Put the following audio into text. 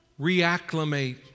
reacclimate